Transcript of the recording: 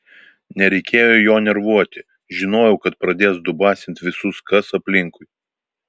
nereikėjo jo nervuot žinojau kad pradės dubasint visus kas aplinkui